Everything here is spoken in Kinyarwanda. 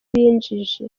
binjije